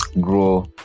grow